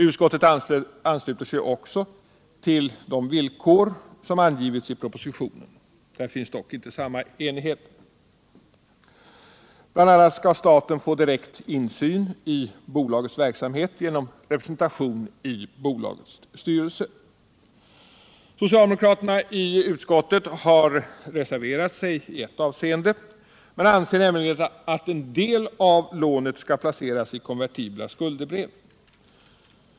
Utskottet ansluter sig också till de villkor som angivits i propositionen — där finns dock inte samma enighet — och som bl.a. innebär att staten skall få direkt insyn i bolagets verksamhet genom representation i bolagets styrelse. Socialdemokraterna i utskottet har reserverat sig i ett avseende. Man anser nämligen att en del av lånet skall placeras i konvertibla skuldebrev.